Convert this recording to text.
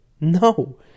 No